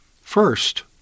First